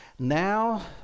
Now